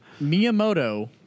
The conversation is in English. Miyamoto